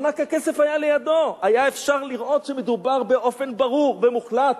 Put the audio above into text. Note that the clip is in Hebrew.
היה אפשר לראות שמדובר באופן ברור ומוחלט